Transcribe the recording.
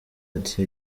ati